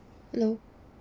hello